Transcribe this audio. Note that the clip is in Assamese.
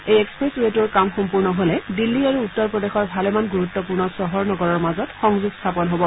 এই এক্সপ্ৰেছ ৱেটোৰ কাম সম্পূৰ্ণ হলে দিল্লী আৰু উত্তৰ প্ৰদেশৰ ভালেমান গুৰুত্বপূৰ্ণ চহৰ নগৰৰ মাজত সংযোগ স্থাপন হব